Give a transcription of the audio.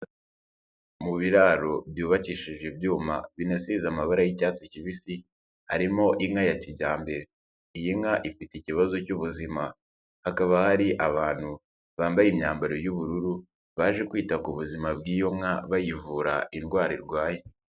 Mu biraro byubakishije ibyuma binasize amabara y'icyatsi kibisi, harimo inka ya kijyambere, iyi nka ifite ikibazo cy'ubuzima, hakaba hari abantu bambaye imyambaro y'ubururu baje kwita ku buzima bw'iyo nka bayivura indwara irwaye.